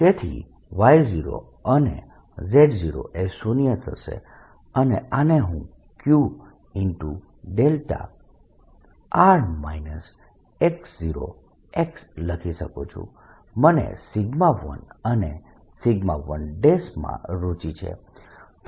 તેથી y0 અને z0 એ શુન્ય થશે અને આને હું Q લખી શકું છું મને 1અને 1માં રુચિ છે